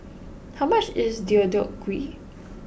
how much is Deodeok Gui